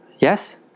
Yes